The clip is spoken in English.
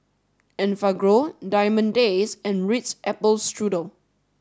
Enfagrow Diamond Days and Ritz Apple Strudel